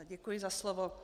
Děkuji za slovo.